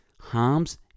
harms